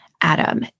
adam